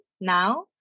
now